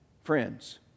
friends